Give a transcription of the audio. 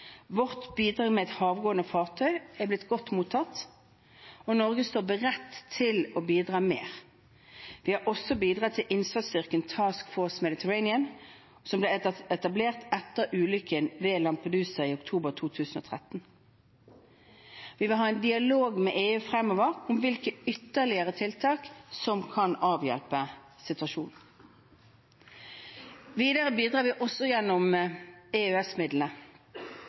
Vårt bidrag med et havgående fartøy er blitt godt mottatt, og Norge står beredt til å bidra mer. Vi har også bidratt til innsatsstyrken Task Force Mediterranean, som ble etablert etter ulykken ved Lampedusa i oktober 2013. Vi vil ha en dialog med EU fremover om hvilke ytterligere tiltak som kan avhjelpe situasjonen. Videre bidrar vi også gjennom